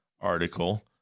article